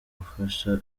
gufasha